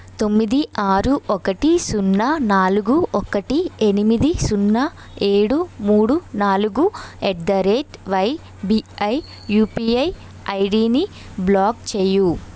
తొమ్మిది ఆరు ఒకటి సున్నా నాలుగు ఒకటి ఎనిమిది సున్నా ఏడు మూడు నాలుగు ఎట్దరేట్ వైబిఐ యూపీఐ ఐడిని బ్లాక్ చేయి